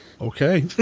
okay